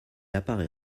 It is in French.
apparaît